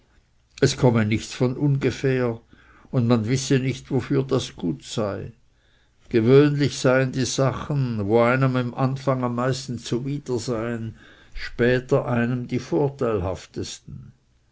es komme nichts von ungefähr und man wisse nicht wofür das gut sei gewöhnlich seien die sachen wo einem im anfang am meisten zuwider seien später einem die vorteilhaftesten